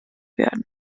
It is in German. werden